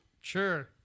Sure